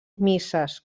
misses